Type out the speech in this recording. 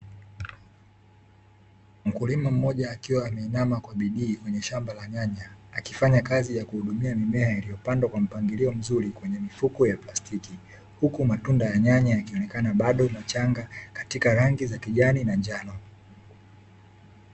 Mkulima mmoja akiwa ameinama kwa bidii kwenye shamba la nyanya, akifanya kazi ya kuhudumia mimea iliyopandwa kwa mpangilio mzuri kwenye mifuko ya plastiki. Huku matunda ya nyanya yakionekana bado machanga katika rangi za kijani na njano.